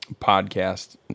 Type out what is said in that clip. podcast